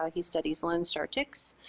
um he studies lone star ticks.